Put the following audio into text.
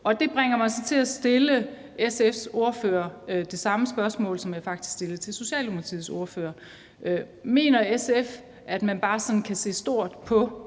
Det bringer mig så til at stille SF's ordfører det samme spørgsmål, som jeg faktisk stillede til Socialdemokratiets ordfører: Mener SF, at man bare sådan kan se stort på